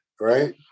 right